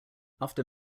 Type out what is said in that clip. after